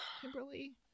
Kimberly